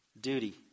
duty